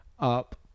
Up